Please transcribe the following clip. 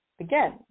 Again